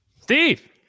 Steve